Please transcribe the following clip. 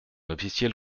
officiels